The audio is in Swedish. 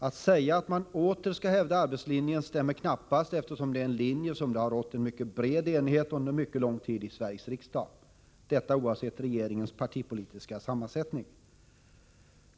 Att säga att man åter skulle hävda arbetslinjen stämmer knappast, eftersom det är en linje som det har rått en mycket bred enighet om under mycket lång tid i Sveriges riksdag — detta oavsett regeringens partipolitiska sammansättning.